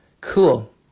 cool